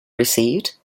received